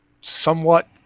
somewhat